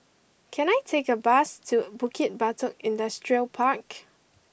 can I take a bus to Bukit Batok Industrial Park